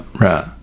Right